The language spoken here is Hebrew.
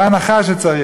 בהנחה שצריך,